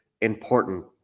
important